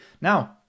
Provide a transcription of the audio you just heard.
now